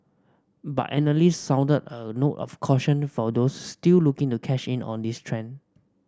but analysts sounded a note of caution for those still looking a cash in on this trend